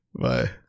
Bye